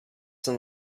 some